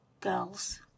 girls